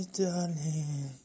darling